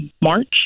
March